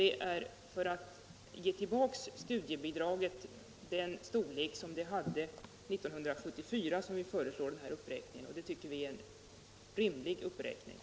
Det är för att ge studiebidraget tillbaka den storlek det hade 1974 som vi föreslår denna uppräkning. Det tycker vi är rimligt.